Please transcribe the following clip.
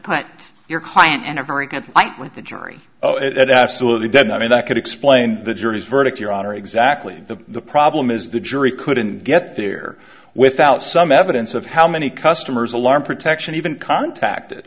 point your client and a very good night with the jury oh it absolutely did not mean that could explain the jury's verdict your honor exactly the problem is the jury couldn't get there without some evidence of how many customers alarm protection even contacted